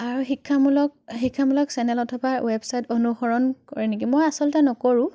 আৰু শিক্ষামূলক শিক্ষামূলক চেনেল অথবা ৱেবছাইট অনুসৰণ কৰে নেকি মই আচলতে নকৰোঁ